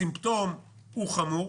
הסימפטום הוא חמור,